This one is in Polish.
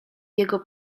jego